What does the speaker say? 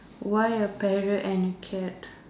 why a parrot and a cat